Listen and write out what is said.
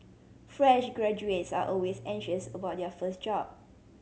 fresh graduates are always anxious about their first job